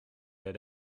had